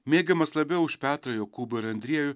mėgiamas labiau už petrą jokūbą ir andriejų